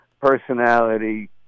personality